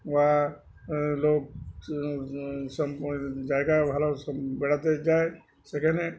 বা লোক জায়গা ভালো বেড়াতে যায় সেখানে